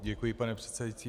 Děkuji, pane předsedající.